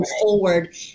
forward